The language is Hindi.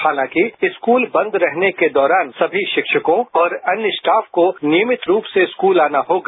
हालांकि स्कूल बंद रहने के दौरान सभी शिक्षिकों और अन्य स्टाफ को नियमित रूप से स्कूल आना होगा